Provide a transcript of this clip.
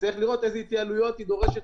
נצטרך לראות איזה התייעלויות היא דורשת